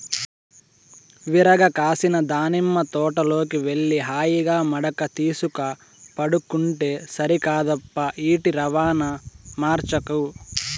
విరగ కాసిన దానిమ్మ తోటలోకి వెళ్లి హాయిగా మడక తీసుక పండుకుంటే సరికాదప్పా ఈటి రవాణా మార్చకు